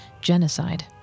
genocide